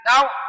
Now